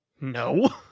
No